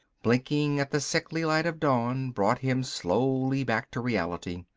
blinking at the sickly light of dawn brought him slowly back to reality.